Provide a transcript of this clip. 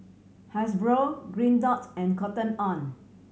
Hasbro Green Dot and Cotton On